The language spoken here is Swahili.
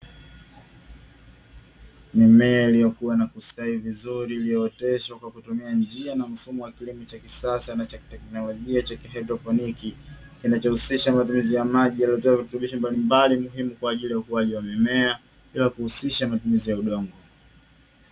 Mimea iliyokuwa na kustawi vizuri iliyooteshwa kwa kutumia njia na mfumo wa kilimo cha kisasa na cha kiteknolojia cha kihaidroponiki, kinachohusisha matumizi ya maji yaliyotiwa virutubisho mbalimbali muhimu kwa ajili ya ukuaji wa mimea, bila kuhusisha matumizi ya udongo.